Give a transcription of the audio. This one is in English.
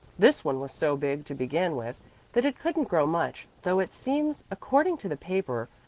this one was so big to begin with that it couldn't grow much, though it seems, according to the paper,